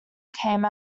came